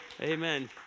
Amen